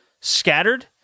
scattered